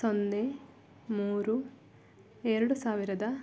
ಸೊನ್ನೆ ಮೂರು ಎರಡು ಸಾವಿರದ